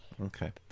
Okay